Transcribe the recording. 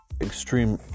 extreme